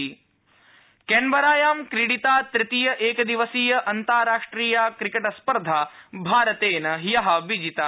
cricket कैनबरायां क्रीडिता तृतीय एकदिवसीय अन्ताराष्ट्रिया क्रिकेट् स्पर्धा भारतेन विजिता